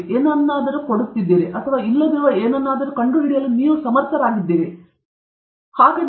ನೀವು ಏನನ್ನಾದರೂ ಕೊಡುತ್ತಿದ್ದೀರಿ ಅಥವಾ ಇಲ್ಲದಿರುವ ಏನಾದರೂ ಕಂಡುಹಿಡಿಯಲು ನೀವು ಸಮರ್ಥರಾಗಿದ್ದೀರಿ ಅದು ಹೊರಬರುತ್ತದೆ ನೀವು ಅದನ್ನು ಸಹ ಬಯಸುವುದಿಲ್ಲ ಏನದು